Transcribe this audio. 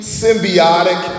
symbiotic